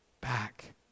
back